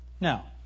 Now